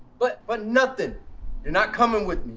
but but nothing. you're not coming with me.